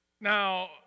Now